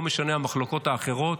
לא משנות המחלוקות האחרות,